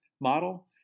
model